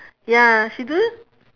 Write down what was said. ya she do it